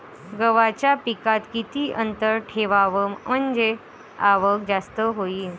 गव्हाच्या पिकात किती अंतर ठेवाव म्हनजे आवक जास्त होईन?